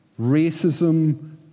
racism